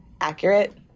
accurate